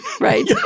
right